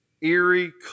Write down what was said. eerie